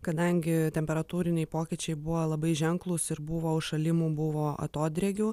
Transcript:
kadangi temperatūriniai pokyčiai buvo labai ženklūs ir buvo užšalimų buvo atodrėkių